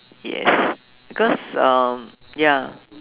yes because um ya